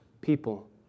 people